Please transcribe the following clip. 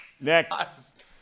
Next